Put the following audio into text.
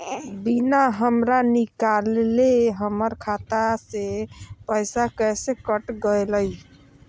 बिना हमरा निकालले, हमर खाता से पैसा कैसे कट गेलई?